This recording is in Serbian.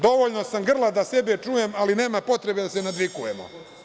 Dovoljno sam grlat da sebe čujem, ali nema potrebe da se nadvikujemo.